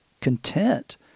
content